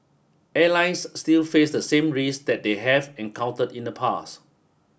airlines still face the same risks that they have encountered in the past